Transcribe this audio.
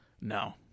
no